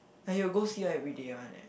like he'll go see her everyday one eh